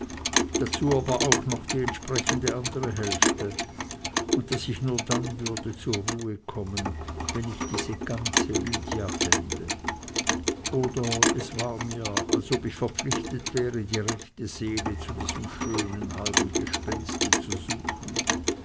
dazu aber auch die entsprechende andere hälfte und daß ich nur dann würde zur ruhe kommen wenn ich diese ganze lydia fände oder es war mir als ob ich verpflichtet wäre die rechte seele zu diesem schönen halben gespenste zu suchen